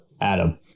Adam